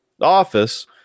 office